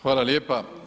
hvala lijepa.